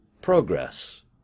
Progress